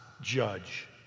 judge